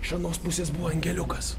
iš anos pusės buvo angeliukas